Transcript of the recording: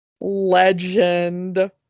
legend